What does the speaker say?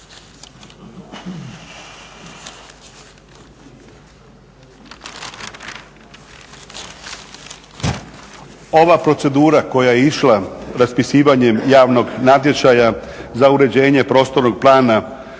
Ova procedura koja je išla raspisivanjem javnog natječaja za uređenje Prostornog plana